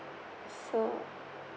so